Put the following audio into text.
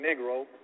Negro